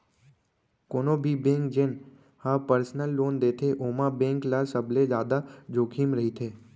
कोनो भी बेंक जेन ह परसनल लोन देथे ओमा बेंक ल सबले जादा जोखिम रहिथे